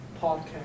podcast